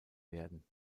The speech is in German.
werden